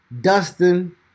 Dustin